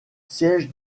siège